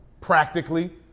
Practically